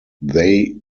they